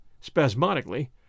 spasmodically